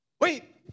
Wait